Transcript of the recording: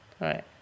right